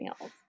else